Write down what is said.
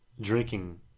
drinking